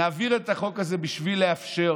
נעביר את החוק הזה בשביל לאפשר